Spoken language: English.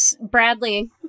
Bradley